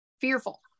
fearful